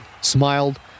smiled